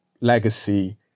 legacy